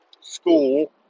school